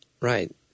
Right